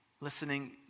Listening